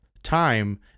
time